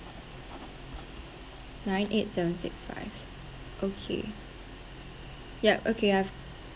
nine eight seven six five okay yup okay I've